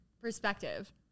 perspective